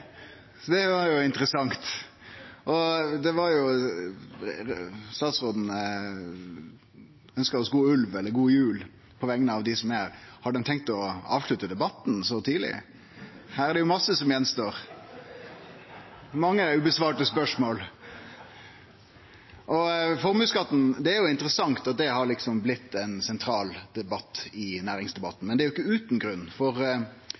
Så det var jo interessant. Statsråden ønskte oss god ulv eller god jul på vegner av dei som er her. Har dei tenkt å avslutte debatten så tidleg? Her er det jo masse som står igjen. Det er mange spørsmål det ikkje er blitt svart på. Det er interessant at formuesskatten er blitt sentral i næringsdebatten, men det er ikkje utan grunn, for